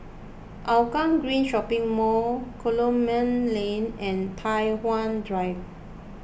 Hougang Green Shopping Mall Coleman Lane and Tai Hwan Drive